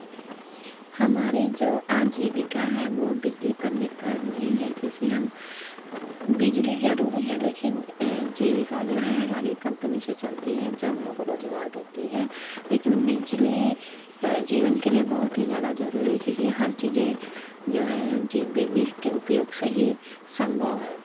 हमारे जो आजीविका है वो बिजली पर निर्भर नहीं है क्योंकि हम बिजली जरूरी है लेकिन जीविका जो है हमारी कंपनी से चलती हैं जो हम लोग को रोजगार देती हैं लेकिन बिजली जीवन के लिए बहुत ही ज़्यादा जरुरी है क्योंकि हर चीज़ें जो है जो बिजली के उपयोग से ही संभव है